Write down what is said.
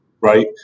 Right